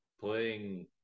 playing